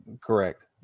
Correct